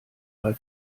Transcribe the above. bei